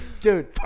dude